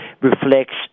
reflects